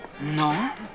No